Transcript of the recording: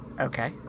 Okay